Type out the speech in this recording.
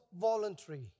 voluntary